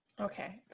Okay